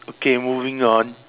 okay moving on